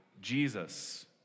Jesus